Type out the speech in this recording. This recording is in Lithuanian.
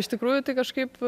iš tikrųjų tai kažkaip